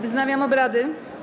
Wznawiam obrady.